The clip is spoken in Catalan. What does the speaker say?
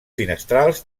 finestrals